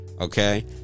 okay